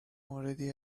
موردی